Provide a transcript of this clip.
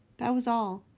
that was all,